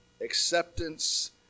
acceptance